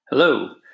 Hello